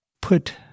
put